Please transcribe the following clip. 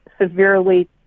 severely